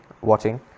watching